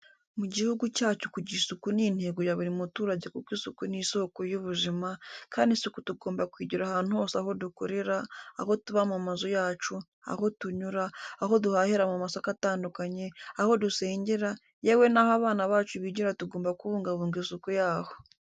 Mu gihugu cyacu kugira isuku ni intego ya buri muturage kuko isuku ni isoko y'ubuzima, kandi isuku tugomba kuyigira ahantu hose aho dukorera, aho tuba mu mazu yacu, aho tunyura, aho duhahira mu masoko atandukanye, aho dusengera yewe naho abana bacu bigira tugomba kubungabunga isuku yaho.